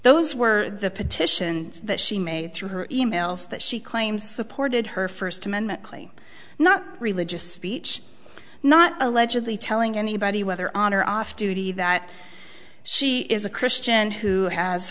those were the petitions that she made through her e mails that she claims supported her first amendment claim not religious speech not allegedly telling anybody whether on or off duty that she is a christian who has